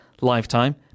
lifetime